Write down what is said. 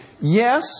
Yes